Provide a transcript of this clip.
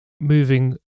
moving